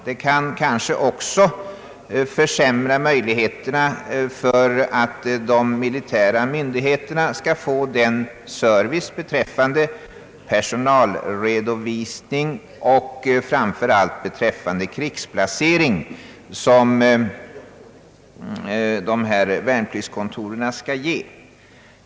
Det kan kanske också försämra möjligheterna för de militära myndigheterna att få den service beträffande personalredovisning — och framför allt beträffande krigsplacering — som värnpliktskontoren skall ge.